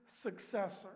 successor